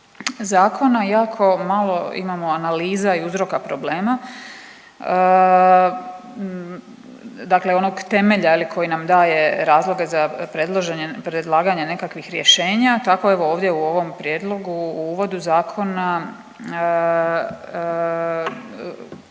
zakona jako malo imamo analiza i uzroka problema, dakle onog temelja koji nam daje razloge za predlaganje nekakvih rješenja, tako evo ovdje u ovom prijedlogu, u uvodu zakona